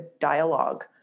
dialogue